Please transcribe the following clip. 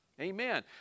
amen